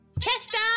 Chester